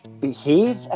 behave